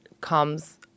comes